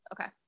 Okay